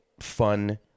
fun